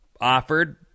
offered